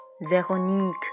Véronique